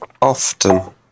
Often